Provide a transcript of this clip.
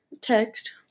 Text